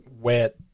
wet